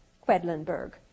Quedlinburg